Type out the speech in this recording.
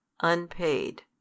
unpaid